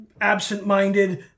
absent-minded